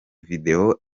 video